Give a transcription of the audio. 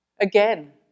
Again